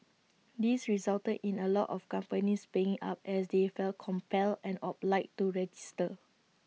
this resulted in A lot of companies paying up as they felt compelled and obliged to register